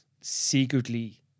secretly